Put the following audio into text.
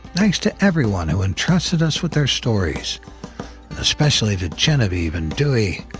thanks to everyone who entrusted us with their stories, and especially to genevieve and dewey,